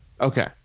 okay